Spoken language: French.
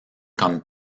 comme